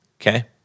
Okay